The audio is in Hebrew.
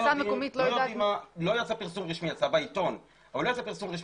זה יצא בעיתון אבל לא יצא פרסום רשמי